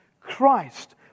Christ